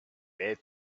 their